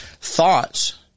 thoughts